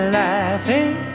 laughing